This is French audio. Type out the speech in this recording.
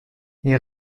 ils